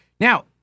Now